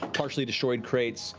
partially destroyed crates.